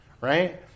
right